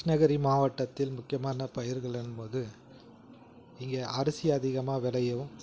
கிருஷ்ணகிரி மாவட்டத்தில் முக்கியமான பயிர்கள்னும் போது இங்கே அரிசி அதிகமாக விளையும்